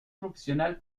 profesional